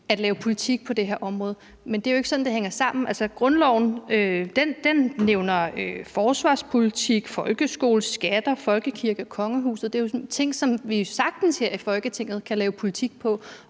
at lave politik på det her område. Men det er jo ikke sådan, det hænger sammen. Altså, grundloven nævner forsvarspolitikken, folkeskolen, skatterne, folkekirken og kongehuset, og det er jo sådan nogle ting, som vi her i Folketinget sagtens kan lave politik om